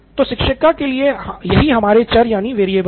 तो शिक्षिका के लिए यही हमारे चर यानि वेरियबल है